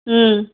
ಹ್ಞೂ